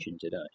today